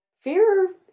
fear